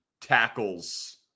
tackles